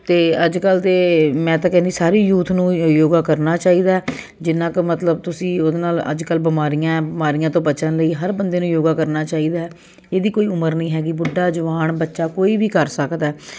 ਅਤੇ ਅੱਜ ਕੱਲ੍ਹ ਦੇ ਮੈਂ ਤਾਂ ਕਹਿੰਦੀ ਸਾਰੇ ਯੂਥ ਨੂੰ ਯੋਗਾ ਕਰਨਾ ਚਾਹੀਦਾ ਜਿੰਨਾ ਕੁ ਮਤਲਬ ਤੁਸੀਂ ਉਹਦੇ ਨਾਲ ਅੱਜ ਕੱਲ੍ਹ ਬਿਮਾਰੀਆਂ ਬਿਮਾਰੀਆਂ ਤੋਂ ਬਚਣ ਲਈ ਹਰ ਬੰਦੇ ਨੂੰ ਯੋਗਾ ਕਰਨਾ ਚਾਹੀਦਾ ਇਹਦੀ ਕੋਈ ਉਮਰ ਨਹੀਂ ਹੈਗੀ ਬੁੱਢਾ ਜਵਾਨ ਬੱਚਾ ਕੋਈ ਵੀ ਕਰ ਸਕਦਾ